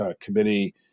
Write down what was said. Committee